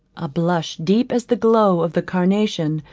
a blush, deep as the glow of the carnation,